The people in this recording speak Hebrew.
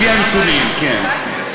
לפי הנתונים, כן.